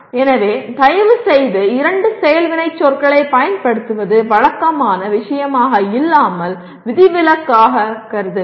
எனவே தயவுசெய்து இரண்டு செயல் வினைச்சொற்களைப் பயன்படுத்துவது வழக்கமான விஷயமாக இல்லாமல் விதிவிலக்காக கருதுங்கள்